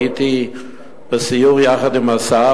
כאשר הייתי בסיור יחד עם השר,